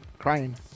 Crying